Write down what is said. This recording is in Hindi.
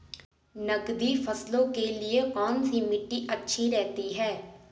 नकदी फसलों के लिए कौन सी मिट्टी अच्छी रहती है?